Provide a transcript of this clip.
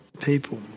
People